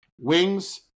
wings